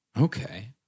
Okay